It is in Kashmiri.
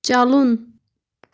چلُن